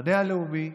למחנה הלאומי,